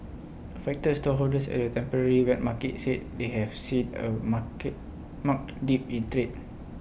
affected stallholders at the temporary wet market said they have seen A market marked dip in trade